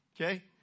okay